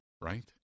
right